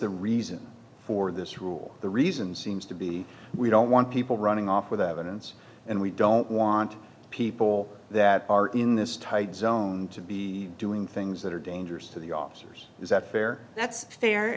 the reason for this rule the reason seems to be we don't want people running off with evidence and we don't want people that are in this type zone to be doing things that are dangerous to the officers is that fair that